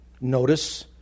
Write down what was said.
notice